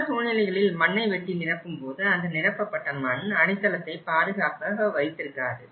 பல சூழ்நிலைகளில் மண்ணை வெட்டி நிரப்பும்போது அந்த நிரப்பப்பட்ட மண் அடித்தளத்தை பாதுகாப்பாக வைத்திருக்காது